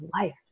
life